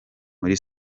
muri